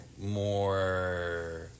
more